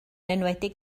enwedig